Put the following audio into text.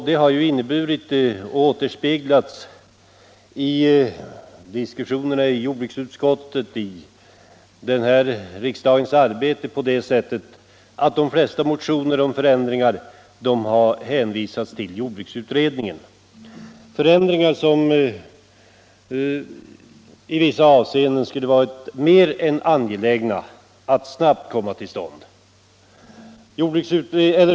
Det har återspeglats i diskussionerna inom jordbruksutskottet på det sättet att de flesta motionerna om förändringar har hänvisats till jordbruksutredningen — förändringar som det i vissa fall hade varit synnerligen angeläget att snabbt få till stånd.